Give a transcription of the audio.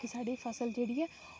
की साढ़ी फसल जेह्ड़ी ऐ